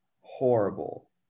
horrible